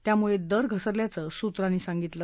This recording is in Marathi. त्यामुळे दर घसरल्याचं सूत्रांनी सांगितलं